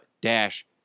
dash